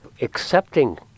accepting